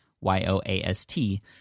Y-O-A-S-T